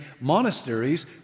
monasteries